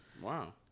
Wow